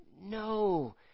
No